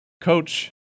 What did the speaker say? coach